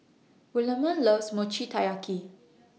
Williemae loves Mochi Taiyaki